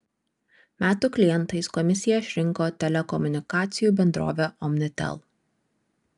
metų klientais komisija išrinko telekomunikacijų bendrovę omnitel